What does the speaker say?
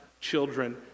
children